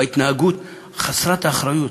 בַהתנהגות חסרת האחריות.